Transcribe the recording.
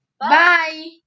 Bye